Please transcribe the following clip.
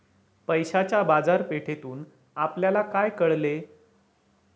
पैशाच्या बाजारपेठेतून आपल्याला काय कळले?